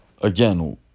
again